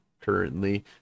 currently